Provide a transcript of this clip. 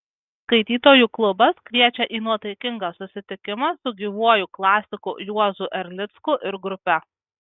skaitytojų klubas kviečia į nuotaikingą susitikimą su gyvuoju klasiku juozu erlicku ir grupe